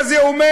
מה זה אומר?